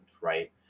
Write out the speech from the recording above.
right